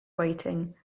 waiting